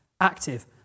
active